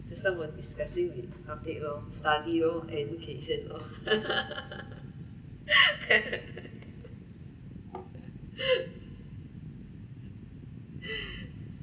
just now was discussing we update lor study lor